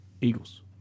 Eagles